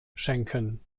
schenken